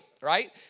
right